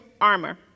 armor